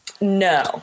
No